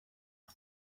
aho